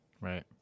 Right